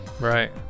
Right